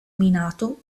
minato